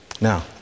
Now